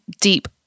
deep